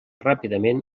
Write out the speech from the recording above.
ràpidament